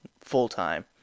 full-time